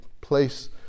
place